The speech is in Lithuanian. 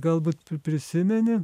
galbūt pri prisimeni